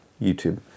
YouTube